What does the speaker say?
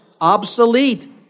obsolete